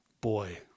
Boy